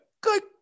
Good